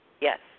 Yes